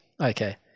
Okay